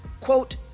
quote